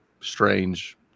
strange